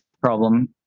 problem